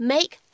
Make